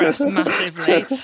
massively